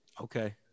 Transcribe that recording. okay